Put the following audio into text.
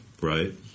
right